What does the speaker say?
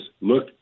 look